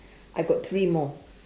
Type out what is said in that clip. I got three more